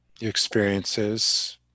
experiences